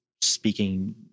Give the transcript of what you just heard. speaking